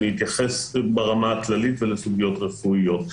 אתייחס ברמה בכללית ולסוגיות רפואיות.